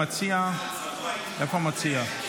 איפה המציע?